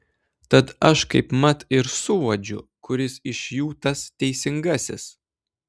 tad aš kaipmat ir suuodžiu kuris iš jų tas teisingasis